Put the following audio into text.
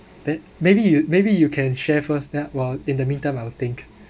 that maybe you maybe you can share first now while in the meantime I would think